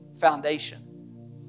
foundation